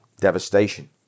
devastation